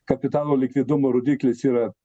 kapitalo likvidumo rodiklis yra